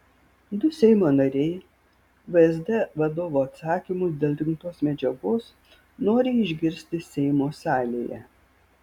du seimo nariai vsd vadovo atsakymus dėl rinktos medžiagos nori išgirsti seimo salėje